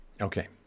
Okay